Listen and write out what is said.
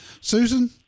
Susan